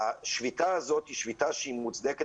השביתה הזאת היא שביתה שהיא מוצדקת